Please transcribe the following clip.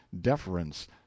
deference